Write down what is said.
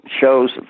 Shows